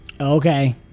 Okay